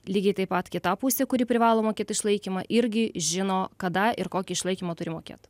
lygiai taip pat kita pusė kuri privalo mokėt išlaikymą irgi žino kada ir kokį išlaikymą turi mokėt